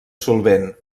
solvent